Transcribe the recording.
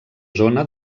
zona